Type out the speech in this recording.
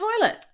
toilet